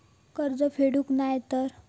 कर्ज फेडूक नाय तर?